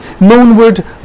Moonward